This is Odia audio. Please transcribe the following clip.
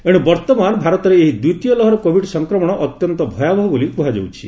ଏଣୁ ବର୍ତ୍ତମାନ ଭାରତରେ ଏହି ଦ୍ୱିତୀୟ ଲହର କୋଭିଡ ସଂକ୍ମଣ ଅତ୍ୟନ୍ତ ଭୟାବହ ବୋଲି କୁହାଯାଉଛି